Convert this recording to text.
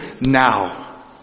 now